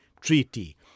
treaty